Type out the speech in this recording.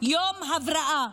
יום הבראה,